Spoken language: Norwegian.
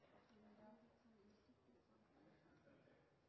Men den petroleumsverksemda som